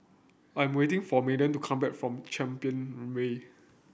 I'm waiting for Madden to come back from Champion Way